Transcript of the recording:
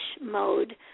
mode